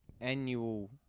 annual